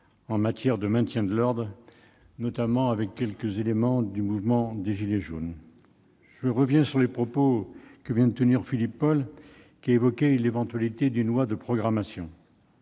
en matière de maintien de l'ordre, notamment face à quelques éléments du mouvement des « gilets jaunes ». Je reviens sur les propos de Philippe Paul, qui a évoqué l'éventualité d'une loi de programmation.